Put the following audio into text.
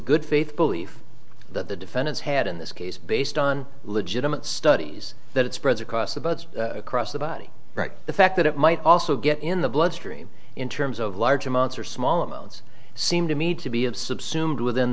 good faith belief that the defendants had in this case based on legitimate studies that it spread across the buds across the body right the fact that it might also get in the bloodstream in terms of large amounts or small amounts seem to me to be